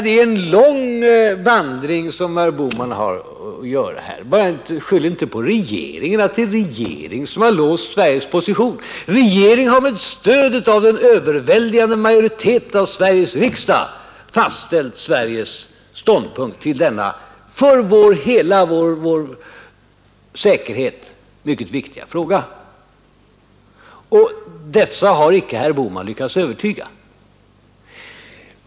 Det är en lång vandring som herr Bohman har att göra här, men skyll inte på att regeringen skulle ha låst Sveriges position! Regeringen har med stöd av en överväldigande majoritet i Sveriges riksdag fastställt Sveriges ståndpunkt i denna för hela vår säkerhet mycket viktiga fråga. Den majoriteten har icke herr Bohman lyckats övertyga.